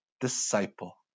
disciple